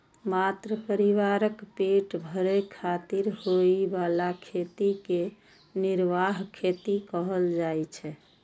मात्र परिवारक पेट भरै खातिर होइ बला खेती कें निर्वाह खेती कहल जाइ छै